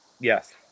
Yes